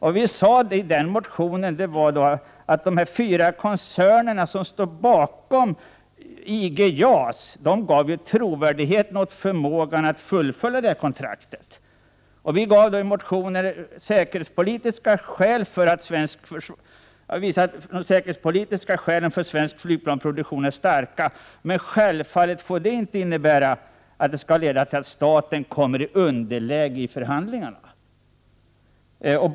Vad vi sade i den motionen var att de fyra koncerner som står bakom IG JAS gav trovärdighet åt förmågan att fullfölja kontraktet. Vi anför i motionen att de säkerhetspolitiska skälen för svensk flygplansproduktion är starka, men självfallet får det inte innebära att staten kommer i underläge i förhandlingarna.